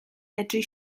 medru